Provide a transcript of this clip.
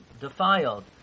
defiled